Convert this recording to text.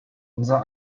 unsere